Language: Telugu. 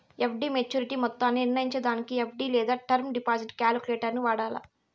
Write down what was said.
ఎఫ్.డి మోచ్యురిటీ మొత్తాన్ని నిర్నయించేదానికి ఎఫ్.డి లేదా టర్మ్ డిపాజిట్ కాలిక్యులేటరును వాడాల